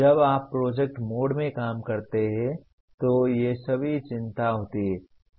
जब आप project mode में काम करते हैं तो ये सभी चिंताएं होती हैं